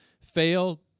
fail